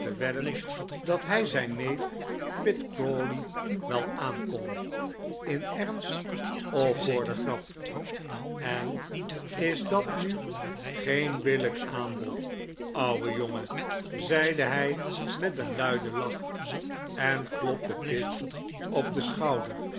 wedden dat hij zijn neef pitt crawley wel aankon in ernst of voor de grap en is dat nu geen billijk aanbod ouwe jongen zeide hij met een luiden lach en klopte pitt op den schouder